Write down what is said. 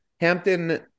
Hampton